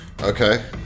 Okay